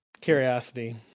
Curiosity